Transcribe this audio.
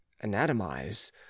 anatomize